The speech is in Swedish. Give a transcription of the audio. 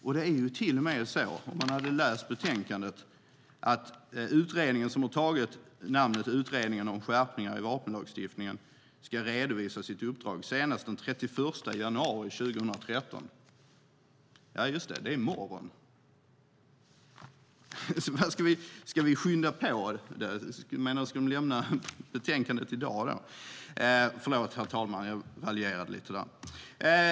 Om ni hade läst betänkandet hade ni sett att utredningen, som har tagit namnet Utredningen om skärpningar i vapenlagstiftningen, ska redovisa sitt uppdrag senast den 31 januari 2013. Det är i morgon. Ska vi skynda på det? Ska utredningen lämna betänkandet i dag? Förlåt, herr talman, att jag raljerade lite grann.